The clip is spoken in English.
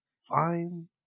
fine